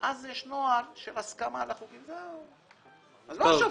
יש גם החלטת ממשלה בעניין הזה.